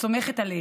את סומכת עליהם,